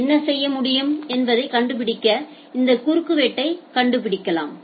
எனவே நாம் என்ன செய்ய முடியும் என்பதைக் கண்டுபிடிக்க இந்த குறுக்குவெட்டைக் கண்டுபிடிக்கலாம்